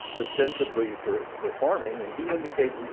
ostensibly for for farming. and he indicates,